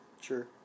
Sure